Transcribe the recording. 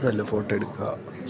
നല്ല ഫോട്ടോ എടുക്കുക